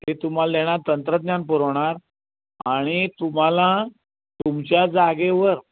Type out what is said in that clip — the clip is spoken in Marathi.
ते तुम्हाला देणार तंत्रज्ञान पुरवणार आणि तुम्हाला तुमच्या जागेवर